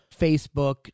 Facebook